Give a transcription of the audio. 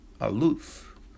aloof